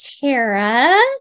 Tara